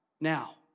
now